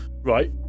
Right